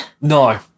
No